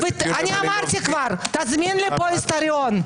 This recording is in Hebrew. תזמין לפה היסטוריון.